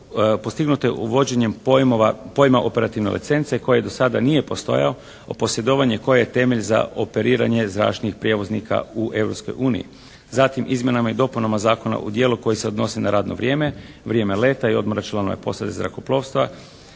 učinjeno je uvođenjem pojma operativne licence koja do sada nije postojala a posjedovanje koji je temelj za operiranje zračnim prijevoznikom u Europskom unijom, zatim izmjenama i dopunama zakona o dijelu koji se odnosi na radno vrijeme, vrijeme leta, odmora članova zrakoplova